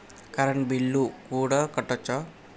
Current bill కూడా కట్టొచ్చా?